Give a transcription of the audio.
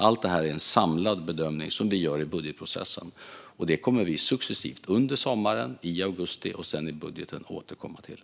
Allt detta är en samlad bedömning som vi gör i budgetprocessen. Det kommer vi successivt under sommaren, i augusti och sedan i budgeten att återkomma till.